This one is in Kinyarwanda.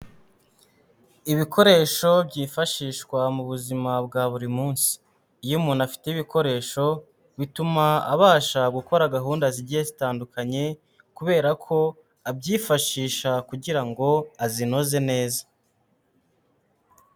Ibikoresho byifashishwa mu buzima bwa buri munsi, iyo umuntu afite ibikoresho bituma abasha gukora gahunda zigiye zitandukanye, kubera ko abyifashisha kugira ngo azinoze neza.